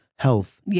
Health